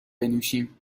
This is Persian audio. بنوشیم